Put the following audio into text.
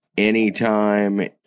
Anytime